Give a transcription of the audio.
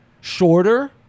Shorter